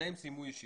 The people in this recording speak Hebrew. שניהם סיימו ישיבה,